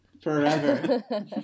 Forever